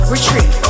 Retreat